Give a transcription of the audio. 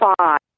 five